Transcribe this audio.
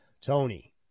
Tony